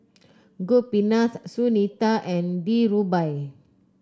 Gopinath Sunita and Dhirubhai